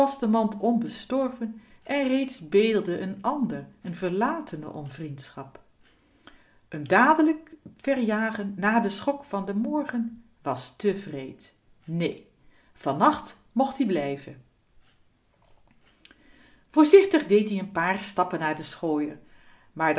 de mand onbestorven en reeds bedelde n ander n verlatene om vriendschap m dadelijk verjagen na den schok van den morgen was te wreed nee vannacht mocht ie blijven voorzichtig deed-ie n paar stappen naar den schooier maar